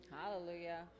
Hallelujah